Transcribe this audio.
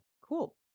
Cool